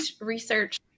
research